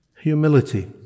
humility